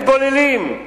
הם מתבוללים.